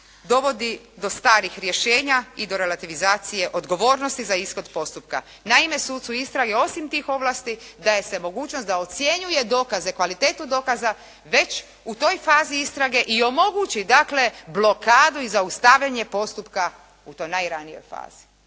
dovodi do starih rješenja i do relativizacije odgovornosti za ishod postupka. Naime, sucu istrage osim tih ovlasti daje se mogućnost da ocjenjuje dokaze, kvalitetu dokaza već u toj fazi istrage i omogući dakle blokadu i zaustavljanje postupka u toj najranijoj fazi.